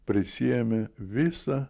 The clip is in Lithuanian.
prisiėmė visą